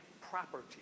property